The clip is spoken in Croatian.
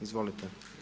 Izvolite.